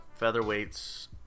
featherweights